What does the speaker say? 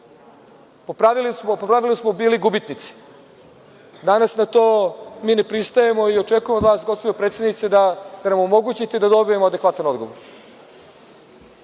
po pravilu smo bili gubitnici. Danas na to mi ne pristajemo i očekujemo od vas, gospođo predsednice, da nam omogućite da dobijemo adekvatan odgovor.